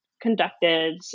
conducted